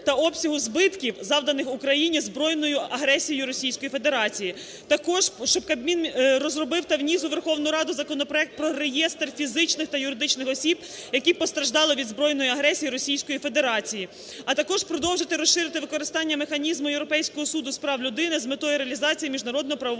та обсягу збитків, завданих Україні збройною агресією Російської Федерації, також щоб Кабмін розробив та вніс у Верховну Раду законопроект про реєстр фізичних та юридичних осіб, які постраждали від збройної агресії Російської Федерації, а також продовжити розширити використання механізму Європейського Суду з прав людини з метою реалізації міжнародно-правової